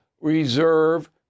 reserve